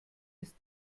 ist